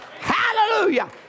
Hallelujah